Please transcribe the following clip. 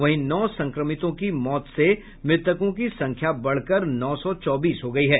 वहीं नौ संक्रमित की मौत से मृतकों की संख्या बढ़कर नौ सौ चौबीस हो गई है